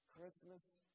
Christmas